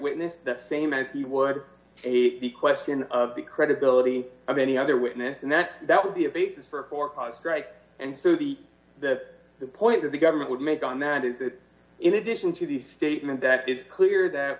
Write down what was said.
witness that same as you would the question of the credibility of any other witness and that that would be a basis for for cause strike and so the that the point that the government would make on that is that in addition to the statement that it's clear that